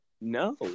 No